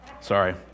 sorry